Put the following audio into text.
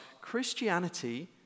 Christianity